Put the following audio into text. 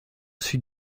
sud